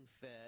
Fed